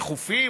דחופים,